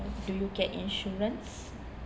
do you get insurance